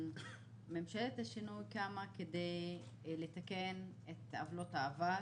ממשלת השינוי קמה כדי לתקן את עוולות העבר,